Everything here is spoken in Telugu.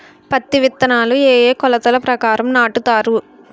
పత్తి విత్తనాలు ఏ ఏ కొలతల ప్రకారం నాటుతారు?